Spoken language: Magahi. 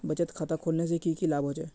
बचत खाता खोलने से की की लाभ होचे?